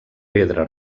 pedra